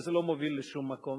וזה לא מוביל לשום מקום.